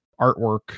artwork